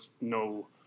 no